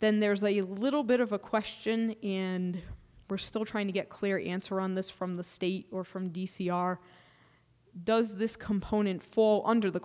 then there's a little bit of a question in we're still trying to get clear answer on this from the state or from v c r does this component fall under the